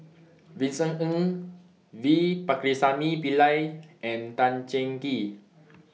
Vincent Ng V Pakirisamy Pillai and Tan Cheng Kee